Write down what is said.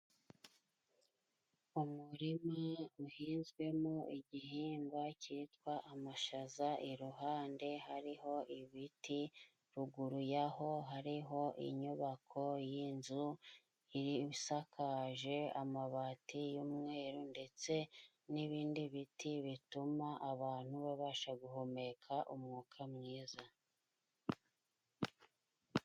Umurima uhinzwemo igihingwa cyitwa amashaza, iruhande hariho ibiti ,ruguru yaho hariho inyubako y'inzu iri isakaje amabati y'umweru, ndetse n'ibindi biti bituma abantu babasha guhumeka umwuka mwiza.